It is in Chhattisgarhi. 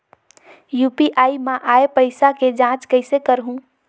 यू.पी.आई मा आय पइसा के जांच कइसे करहूं?